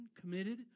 committed